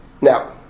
Now